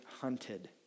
hunted